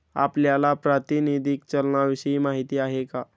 आपल्याला प्रातिनिधिक चलनाविषयी माहिती आहे का?